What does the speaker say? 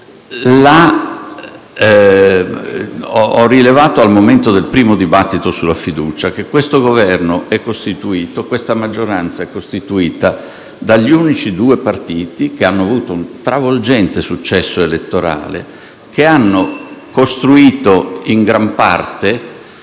ho rilevato, al momento del primo dibattito sulla fiducia, che questo Governo e questa maggioranza sono costituiti dagli unici due partiti che hanno avuto un travolgente successo elettorale che hanno costruito, in gran parte,